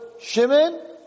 Shimon